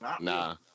nah